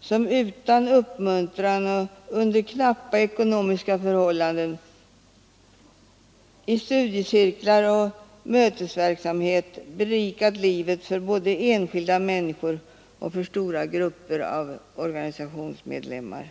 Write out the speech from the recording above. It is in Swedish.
som utan uppmuntran och under knappa ekonomiska förhållanden i studiecirklar och mötesverksamhet berikat livet för både enskilda människor och stora grupper av organisationsmedlemmar.